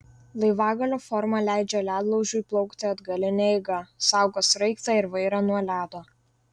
laivagalio forma leidžia ledlaužiui plaukti atgaline eiga saugo sraigtą ir vairą nuo ledo